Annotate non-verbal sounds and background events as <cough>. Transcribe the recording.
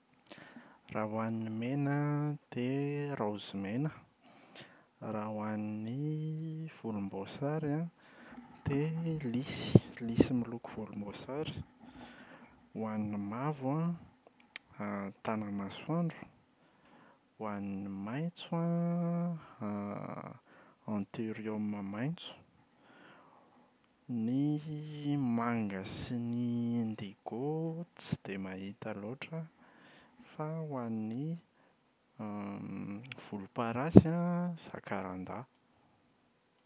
Raha ho an’ny mena an <hesitation> dia <hesitation> raozy mena, raha ho an’ny <hesitation> volomboasary an dia <hesitation> lisy <noise> lisy miloko volomboasary. Ho an’ny mavo an <hesitation> tanamasoandro, ho an’ny maitso an <hesitation> antiorioma maitso. Ny manga sy ny indigo tsy dia mahita loatra aho, fa ho an’ny <hesitation> volomparasy an zakaranda.